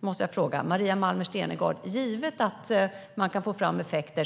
Jag måste fråga Maria Malmer Stenergard: Givet att man kan få fram effekter